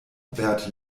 bert